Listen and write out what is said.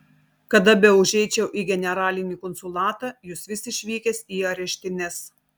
kada beužeičiau į generalinį konsulatą jūs vis išvykęs į areštines